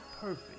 perfect